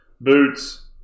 Boots